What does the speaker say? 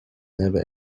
never